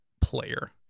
player